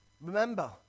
Remember